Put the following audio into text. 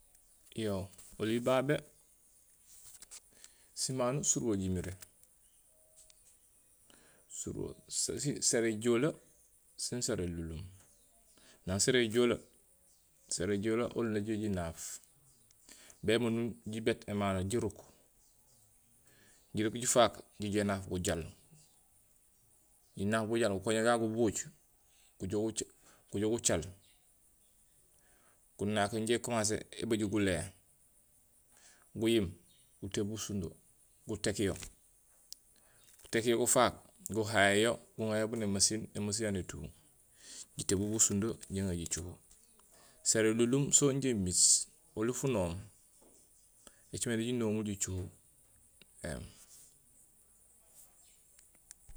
Yoo oli babé simano surubo jimiré surugo sa- sa sara éjoole sen sara élunlum. Naŋ sara éjoole, sara éjoole oli na jijoow jinaaf. Bémundum jibéét émano, jiruuk, juruuk jifaak, jijoow énaaf bujaal, jinaaf bujaal, gukoña gagu gubuuc, gujoow guca gujoow gucaal. Gunaak yo ja ékumasé ébéjuul gulé, guyiim gutébuul bu sundo, guték yo, guték yo gufaak, guhaayén yo guŋayo bunémasiin émasiin yayu nétuuŋ, jétébuul bu sundo jiŋa jicohoo. Sara élunlum so injé imiit, oli funoom écimé di jinomul jicohoo éém